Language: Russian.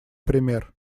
пример